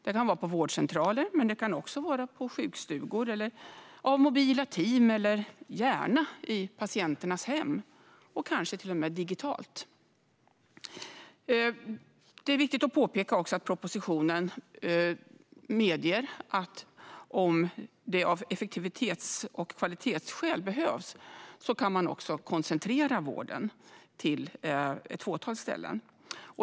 Det kan vara på vårdcentraler, men det kan också handla om sjukstugor, mobila team eller gärna om vård i patienternas hem - och kanske till och med digitalt. Det är viktigt att påpeka att propositionen medger att om det av effektivitets och kvalitetsskäl behövs kan man koncentrera vården till ett fåtal ställen.